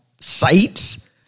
sites